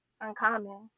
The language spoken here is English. uncommon